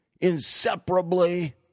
inseparably